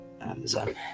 Amazon